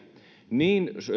niin